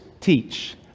teach